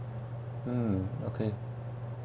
mm okay